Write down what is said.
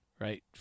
right